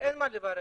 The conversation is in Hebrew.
אין מה לברך